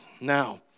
Now